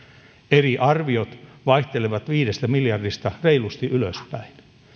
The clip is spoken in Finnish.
eli arviot vaihtelevat viidestä miljardista reilusti ylöspäin